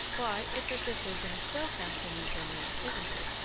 why, it's as if there'd been a spell cast on you, germain, isn't it?